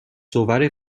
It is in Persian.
صور